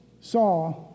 saw